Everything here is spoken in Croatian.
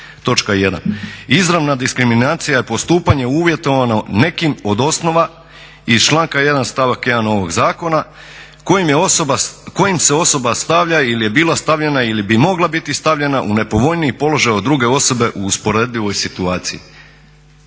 "Izravna diskriminacija je postupanje uvjetovano nekim od osnova i članka 1.stavak 1.ovog zakona kojim se osoba stavlja ili je bila stavljena ili bi mogla biti stavljena u nepovoljniji položaj od druge osobe u usporedivoj situaciji".